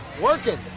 working